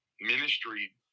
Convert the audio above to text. ministry